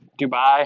dubai